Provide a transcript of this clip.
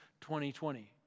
2020